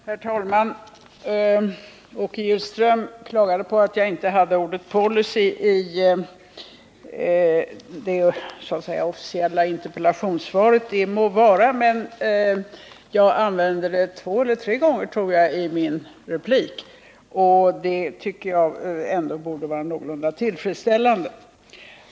Herr talman! Åke Gillström klagade på att jag inte hade ordet policy i det officiella interpellationssvaret. Det må vara, men jag använde det två eller tre gånger, tror jag, i min replik, och det borde vara någorlunda tillfredsställande.